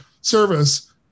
service